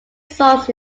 sons